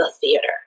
theater